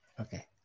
Okay